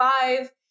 five